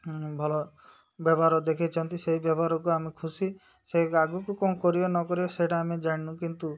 ଭଲ ବ୍ୟବହାର ଦେଖାଇଛନ୍ତି ସେଇ ବ୍ୟବହାରକୁ ଆମେ ଖୁସି ସେ ଆଗକୁ କ'ଣ କରିବ ନକିବ ସେଇଟା ଆମେ ଜାଣିନୁ କିନ୍ତୁ